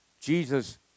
Jesus